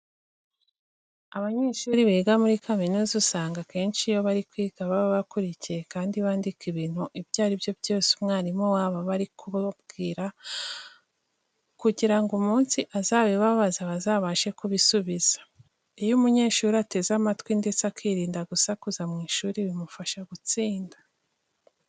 Abanyeshuri biga muri kaminuza usanga akenshi iyo bari kwiga baba bakurikiye kandi bandika ibintu ibyo ari byo byose umwarimu wabo aba ari kubabwira kugira ngo umunsi azabibabaza bazabashe kubisubiza. Iyo umunyeshuri ateze amatwi ndetse akirinda gusakuza mu ishuri bimufasha gutsinda.